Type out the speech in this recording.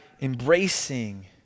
embracing